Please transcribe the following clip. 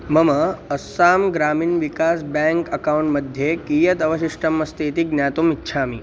मम Assam Gramin Vikas bank account मध्ये कियत् अवशिष्टम् अस्ति इति ज्ञातुम् इच्छामि